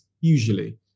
usually